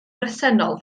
bresennol